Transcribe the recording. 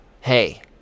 Hey